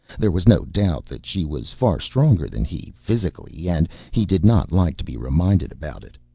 there was no doubt that she was far stronger than he physically and he did not like to be reminded about it.